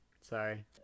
Sorry